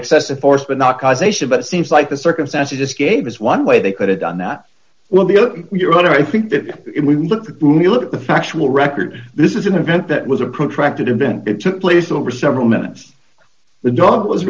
excessive force but not causation but it seems like the circumstances escape is one way they could have done that will be your honor i think that if we look at to look at the factual record this is an event that was a protracted event it took place over several minutes the dog was